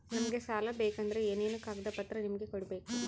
ನಮಗೆ ಸಾಲ ಬೇಕಂದ್ರೆ ಏನೇನು ಕಾಗದ ಪತ್ರ ನಿಮಗೆ ಕೊಡ್ಬೇಕು?